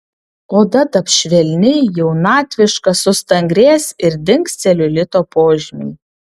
oda taps švelni jaunatviška sustangrės ir dings celiulito požymiai